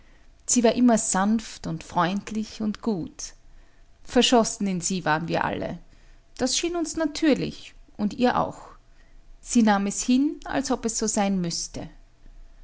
sie war immer sanft und freundlich und gut verschossen in sie waren wir alle das schien uns natürlich und ihr auch sie nahm es hin als ob es so sein müßte